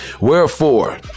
Wherefore